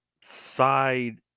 side